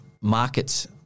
markets